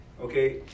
Okay